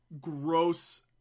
gross